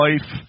life